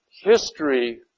history